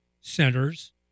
centers